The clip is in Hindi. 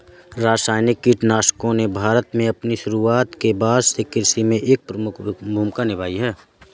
रासायनिक कीटनाशकों ने भारत में अपनी शुरूआत के बाद से कृषि में एक प्रमुख भूमिका निभाई हैं